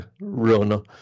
run